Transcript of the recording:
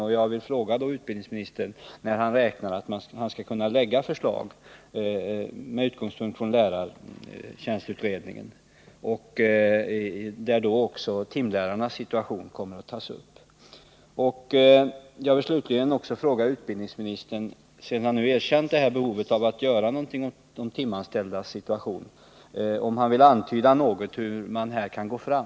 Och jag vill fråga utbildningsministern när han räknar med att kunna lägga fram förslag med utgångspunkt i lärartjänstutredningen — förslag som också rör timlärarnassituation. Jag vill slutligen, sedan utbildningsministern erkänt behovet av att någonting görs åt de timanställdas situation, även fråga utbildningsministern om han något vill antyda hur man här kan gå fram.